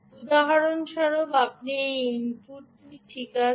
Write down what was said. উদাহরণস্বরূপ আপনি এই ইনপুট ঠিক আছে